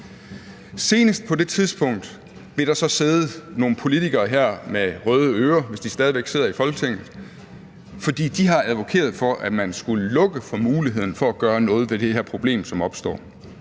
Senest på det tidspunkt vil der så sidde nogle politikere her med røde ører – hvis de stadig væk sidder i Folketinget – fordi de har advokeret for, at man skulle lukke for muligheden for at gøre noget ved det her problem, som ville